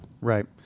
Right